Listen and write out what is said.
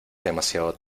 demasiado